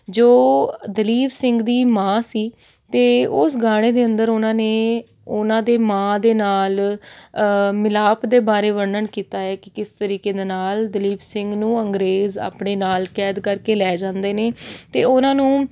ਜੋ ਦਲੀਪ ਸਿੰਘ ਦੀ ਮਾਂ ਸੀ ਅਤੇ ਉਸ ਗਾਣੇ ਦੇ ਅੰਦਰ ਉਹਨਾਂ ਨੇ ਉਹਨਾਂ ਦੇ ਮਾਂ ਦੇ ਨਾਲ ਮਿਲਾਪ ਦੇ ਬਾਰੇ ਵਰਣਨ ਕੀਤਾ ਹੈ ਕਿ ਕਿਸ ਤਰੀਕੇ ਦੇ ਨਾਲ ਦਲੀਪ ਸਿੰਘ ਨੂੰ ਅੰਗਰੇਜ਼ ਆਪਣੇ ਨਾਲ ਕੈਦ ਕਰਕੇ ਲੈ ਜਾਂਦੇ ਨੇ ਅਤੇ ਉਹਨਾਂ ਨੂੰ